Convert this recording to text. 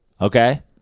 Okay